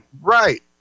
Right